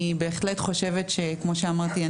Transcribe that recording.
כמו שאמרתי,